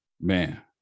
Man